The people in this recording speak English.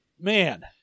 Man